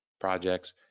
projects